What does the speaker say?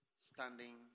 standing